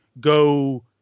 go